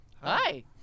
Hi